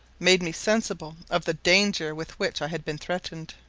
made me sensible of the danger with which i had been threatened.